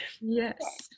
yes